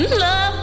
love